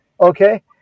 Okay